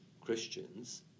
Christians